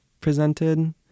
Presented